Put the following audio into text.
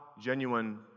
genuine